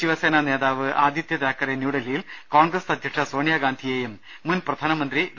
ശിവസേനാ നേതാവ് ആദിത്യ താക്കറെ ന്യൂഡൽഹിയിൽ കോൺഗ്രസ് അധ്യക്ഷ സോണിയാ ഗാന്ധി യെയും മുൻ പ്രധാനമന്ത്രി ഡോ